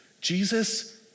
Jesus